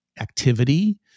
activity